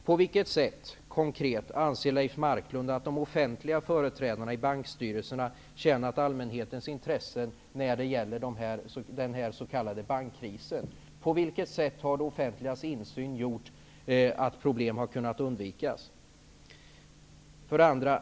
På vilket sätt konkret anser Leif Marklund att de offentliga företrädarna i bankernas styrelser tjänat allmänhetens intressen i den s.k. bankkrisen? På vilket sätt har den offentliga insynen gjort att problem har kunnat undvikas?